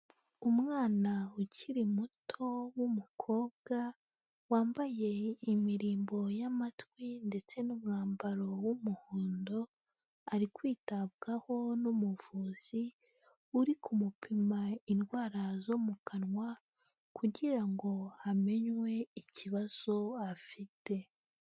Umwana ukiri muto w'umukobwa, wambaye imirimbo y'amatwi ndetse n'umwambaro w'umuhondo, ari kwitabwaho n'umuvuzi uri kumupima indwara zo mu kanwa, kugira ngo hamenywe ikibazo afite.